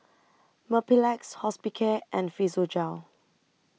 Mepilex Hospicare and Physiogel